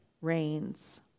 reigns